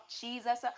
Jesus